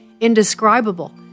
indescribable